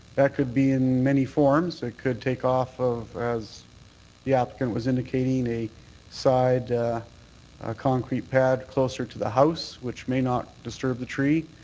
that could be in many forms. it could take off of as the applicant was indicating a side concrete pad closer to the house which may not disturb the tree.